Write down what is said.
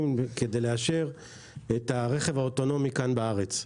כדי לאשר את הרכב האוטונומי כאן בארץ.